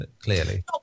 clearly